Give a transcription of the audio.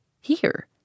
Here